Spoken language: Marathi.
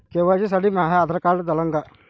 के.वाय.सी साठी माह्य आधार कार्ड चालन का?